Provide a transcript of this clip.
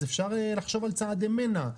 אז אפשר לחשוב על צעדי מנע,